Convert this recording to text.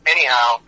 Anyhow